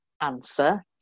answer